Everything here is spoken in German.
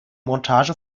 montage